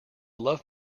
love